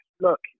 Look